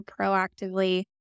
proactively